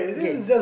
okay